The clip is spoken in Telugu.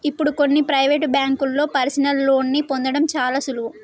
ఇప్పుడు కొన్ని ప్రవేటు బ్యేంకుల్లో పర్సనల్ లోన్ని పొందడం చాలా సులువు